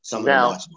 Now